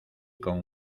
con